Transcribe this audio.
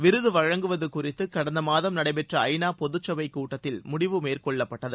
விருது வழங்குவது குறித்து கடந்த மாதம் நடைபெற்ற ஐ நா பொதுச் சபை கூட்டத்தில் முடிவு மேற்கொள்ளப்பட்டது